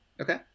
Okay